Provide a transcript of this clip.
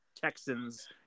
Texans